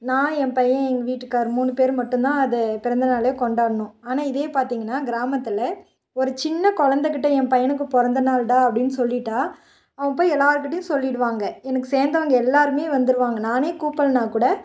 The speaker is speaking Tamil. நான் என் பையன் எங்கள் வீட்டுக்காரர் மூணு பேர் மட்டுந்தான் அதை பிறந்த நாளே கொண்டாடுனோம் ஆனால் இதே பார்த்திங்கன்னா கிராமத்தில் ஒரு சின்ன குழந்தக்கிட்ட என் பையனுக்கு பிறந்த நாள்டா அப்படின்னு சொல்லிட்டால் அவன் போய் எல்லார்கிட்டேயும் சொல்லிவிடுவாங்க எனக்கு சேர்ந்தவங்க எல்லோருமே வந்துடுவாங்க நானே கூப்பிட்ல்லன்னா கூட